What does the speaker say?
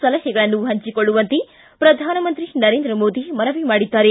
ಸಲಹೆಗಳನ್ನು ಹಂಚಿಕೊಳ್ಳುವಂತೆ ಪ್ರಧಾನಮಂತ್ರಿ ನರೇಂದ್ರ ಮೋದಿ ಮನವಿ ಮಾಡಿದ್ದಾರೆ